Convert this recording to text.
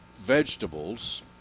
vegetables